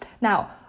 Now